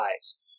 eyes